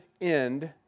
end